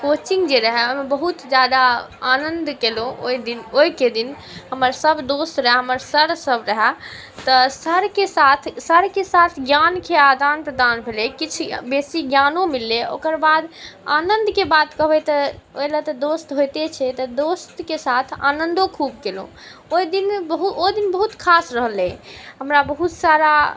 coaching जे रहै ओहिमे बहुत ज्यादा आनन्द केलहुँ ओहिदिन ओहिके दिन हमर सब दोस्त रहै हमर सरसब रहै तऽ सरके साथ सरके साथ ज्ञानके आदान प्रदान भेलै किछु बेसी ज्ञानो मिललै ओकर बाद आनन्दके बात कहबै तऽ ओहिलए तऽ दोस्त होइते छै तऽ दोस्तके साथ आनन्दो खूब केलहुँ ओहिदिन ओ दिन बहुत खास रहलै हमरा बहुत सारा